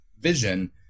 vision